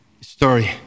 story